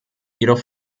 jedoch